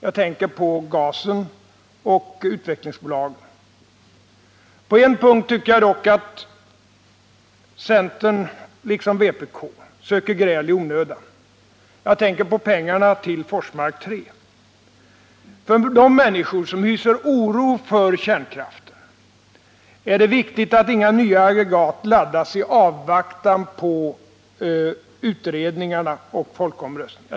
Jag tänker på gasen och utvecklingsbolagen. På en punkt tycker jag dock att centern liksom vpk söker gräl i onödan. Jag tänker på pengarna till Forsmark 3. För de människor som hyser oro för kärnkraften är det viktigt att inga nya aggregat laddas i avvaktan på utredningarna och folkomröstningen.